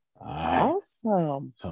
Awesome